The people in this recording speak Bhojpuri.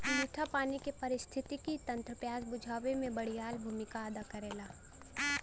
मीठा पानी के पारिस्थितिकी तंत्र प्यास बुझावे में बड़ियार भूमिका अदा करेला